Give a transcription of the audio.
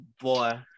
boy